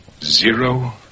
Zero